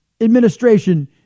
administration